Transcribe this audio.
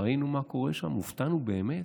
ראינו מה קורה שם, הופתענו באמת?